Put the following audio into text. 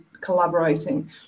collaborating